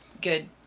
good